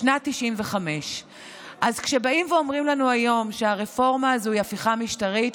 בשנת 1995. אז כשאומרים לנו היום שהרפורמה הזו היא הפיכה משטרית,